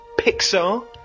Pixar